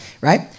right